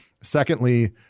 Secondly